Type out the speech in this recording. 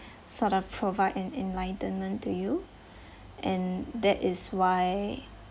sort of provide an enlightenment to you and that is why